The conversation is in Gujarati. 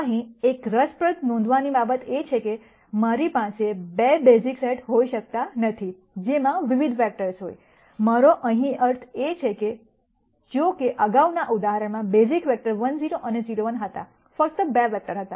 અહીં એક રસપ્રદ નોંધવાની બાબત એ છે કે મારી પાસે 2 બેઝિક સેટ હોઈ શકતા નથી જેમાં વિવિધ વેક્ટર્સ હોય મારો અહીં અર્થ એ છે કે જોકે અગાઉના ઉદાહરણમાં બેઝિક વેક્ટર 1 0 અને 0 1 હતાફક્ત 2 વેક્ટર હતા